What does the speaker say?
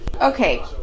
Okay